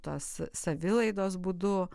tas savilaidos būdu